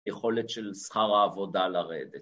יכולת של שכר העבודה לרדת.